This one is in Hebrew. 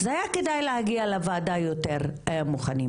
אז היה כדאי להגיע לוועדה יותר מוכנים.